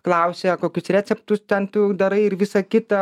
klausia kokius receptus ten tu darai ir visa kita